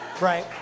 Right